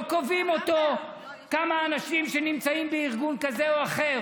לא קובעים אותו כמה אנשים שנמצאים בארגון כזה או אחר